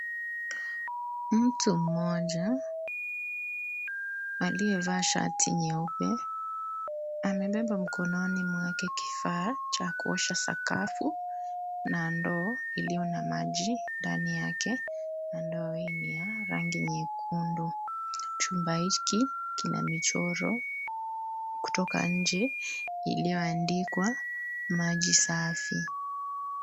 Mtu mmoja, aliyevaa shati nyeupe, amebeba mkononi mwake kifaa cha kuosha sakafu, na ndoo iliyo na maji ndani yake, na ndoo hii ni ya rangi nyekundu. Chumba hiki, kina michoro kutoka nje, iliyoandikwa maji safi.